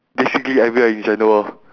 basically everywhere in general